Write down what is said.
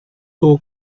tuvo